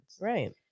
Right